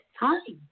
Hi